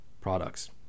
products